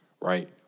right